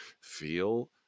feel